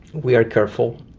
we are careful.